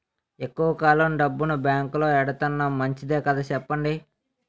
ఎక్కువ కాలం డబ్బును బాంకులో ఎడతన్నాం మంచిదే కదా చెప్పండి